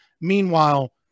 meanwhile